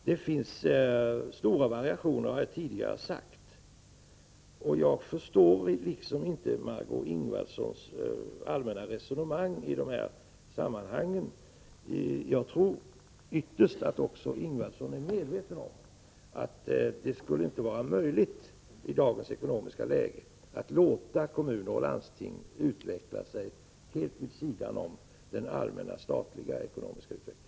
Det finns stora variationer — det har jag sagt tidigare. Jag förstår inte Margö Ingvardssons allmänna resonemang i dessa sammanhang. Jag tror att också Marg6ö Ingvardsson ytterst är medveten om att det i dagens ekonomiska läge inte skulle vara möjligt att låta kommuner och landsting utvecklas helt vid sidan om den allmänna statliga ekonomiska utvecklingen.